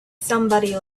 somebody